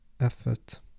effort